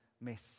miss